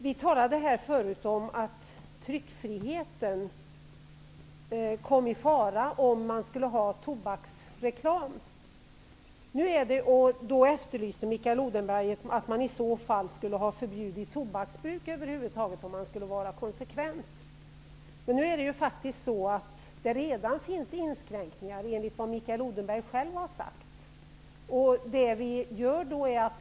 Det har tidigare i debatten sagts att tryckfriheten kan komma i fara vid ett förbud mot tobaksreklam. Då efterlyser Mikael Odenberg att tobaksbruket skall förbjudas för att på så sätt vara konsekvent. Men enligt vad Mikael Odenberg själv har sagt finns det redan inskränkningar.